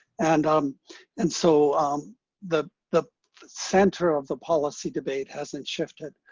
and um and so um the the center of the policy debate hasn't shifted.